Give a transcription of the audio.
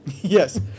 Yes